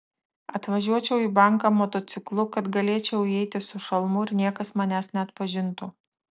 atvažiuočiau į banką motociklu kad galėčiau įeiti su šalmu ir niekas manęs neatpažintų